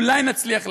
אולי נצליח להציל.